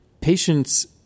patients